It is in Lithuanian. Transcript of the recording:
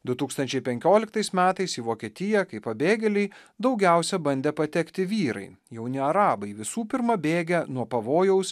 du tūkstančiai penkioliktais metais į vokietiją kaip pabėgėliai daugiausia bandė patekti vyrai jauni arabai visų pirma bėgę nuo pavojaus